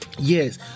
Yes